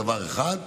דבר אחד.